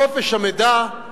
חופש המידע,